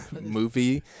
movie